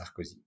Sarkozy